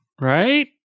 Right